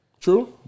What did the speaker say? True